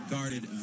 guarded